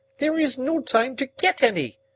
there is no time to get any.